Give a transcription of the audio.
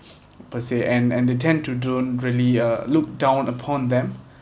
per se and and they tend to don't really uh look down upon them